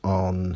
on